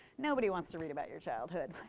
nobody wants to read about your childhood.